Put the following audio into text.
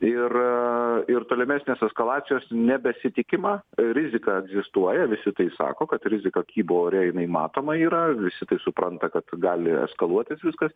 ir ir tolimesnės eskalacijos nebesitikima rizika egzistuoja visi tai sako kad rizika kybo ore jinai matoma yra visi supranta kad gali eskaluotis viskas